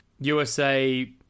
USA